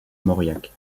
mauriac